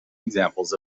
examples